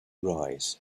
rise